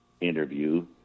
interview